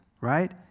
right